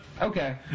Okay